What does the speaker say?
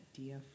idea